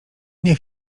nie